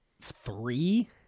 three